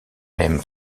même